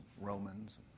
Romans